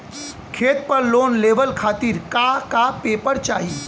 खेत पर लोन लेवल खातिर का का पेपर चाही?